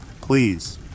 Please